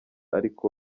ariko